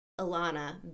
Alana